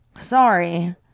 Sorry